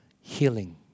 Healing